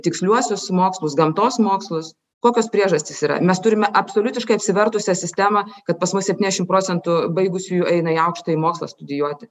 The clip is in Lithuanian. tiksliuosius mokslus gamtos mokslus kokios priežastys yra mes turime absoliutiškai apsivertusią sistemą kad pas mus septyniasdešim procentų baigusiųjų eina į aukštąjį mokslą studijuoti